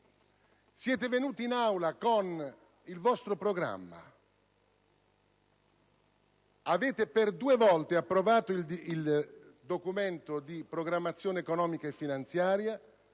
Siete venuti in Aula con il vostro programma, avete per due volte approvato un Documento di programmazione economico-finanziaria